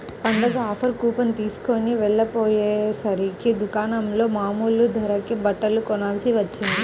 పండగ offer coupon తీస్కొని వెళ్ళకపొయ్యేసరికి దుకాణంలో మామూలు ధరకే బట్టలు కొనాల్సి వచ్చింది